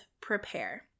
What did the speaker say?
prepare